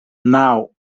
naŭ